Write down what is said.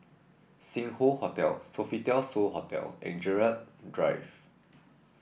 Sing Hoe Hotel Sofitel So Hotel and Gerald Drive